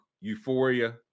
euphoria